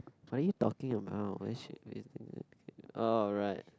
are you talking or oh right